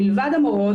מלבד המורות,